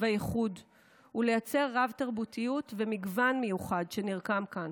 והייחוד ולייצר רב-תרבותיות ומגוון מיוחד שנרקם כאן.